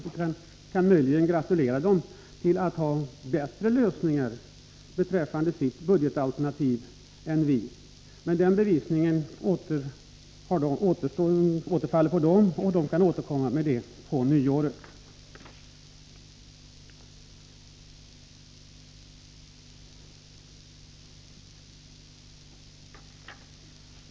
Jag kan möjligen gratulera centerpartiet till att det har bättre lösningar beträffande sitt budgetalternativ än vi. Men bevisningen härvidlag åligger centerpartiet, som kan återkomma efter nyår.